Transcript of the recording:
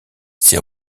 ses